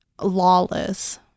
lawless